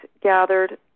gathered